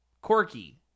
Quirky